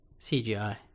CGI